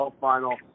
final